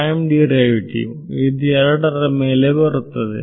time derivative ಇದು ಎರಡರ ಮೇಲೆ ಬರುತ್ತದೆ